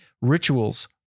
rituals